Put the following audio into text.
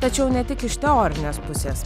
tačiau ne tik iš teorinės pusės